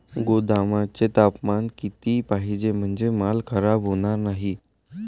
गोदामाचे तापमान किती पाहिजे? म्हणजे माल खराब होणार नाही?